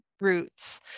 roots